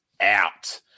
out